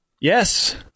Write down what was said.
Yes